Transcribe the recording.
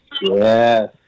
Yes